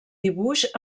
dibuix